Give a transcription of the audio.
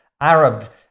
Arab